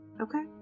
Okay